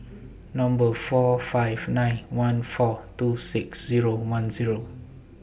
Number four five nine one four two six Zero one Zero